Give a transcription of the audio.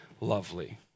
lovely